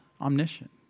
omniscient